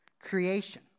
creation